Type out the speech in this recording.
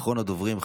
אחרון הדוברים,